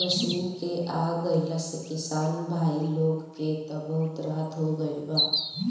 machine के आ गईला से किसान भाई लोग के त बहुत राहत हो गईल बा